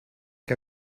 que